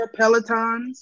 Pelotons